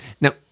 Now